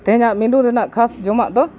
ᱛᱮᱦᱤᱧᱟᱜ menu ᱨᱮᱱᱟᱜ ᱠᱷᱟᱥ ᱡᱚᱢᱟᱜ ᱫᱚ